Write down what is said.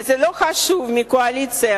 וזה לא חשוב, מהקואליציה